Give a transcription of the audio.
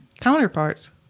counterparts